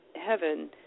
heaven